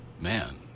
Man